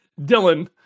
dylan